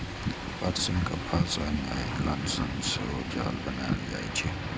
पटसन, कपास आ नायलन सं सेहो जाल बनाएल जाइ छै